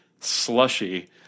slushy